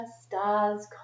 stars